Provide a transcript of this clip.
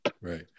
Right